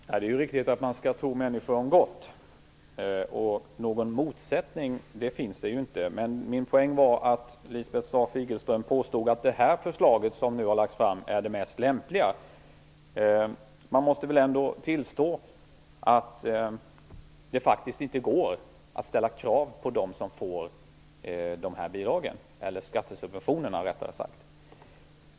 Herr talman! Det är riktigt att man skall tro människor om gott. Någon motsättning finns inte. Min poäng var att Lisbeth Staaf-Igelström påstod att det förslag som nu har lagts fram är det mest lämpliga. Man måste väl ändå tillstå att det faktiskt inte går att ställa krav på dem som får dessa skattesubventioner.